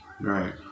Right